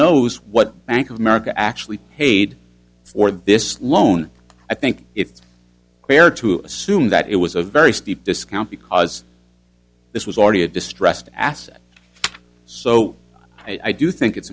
knows what bank of america actually paid for this loan i think it's fair to assume that it was a very steep discount because this was already a distressed asset so i do think it's